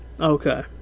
Okay